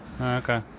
okay